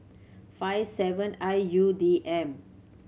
five seven I U D M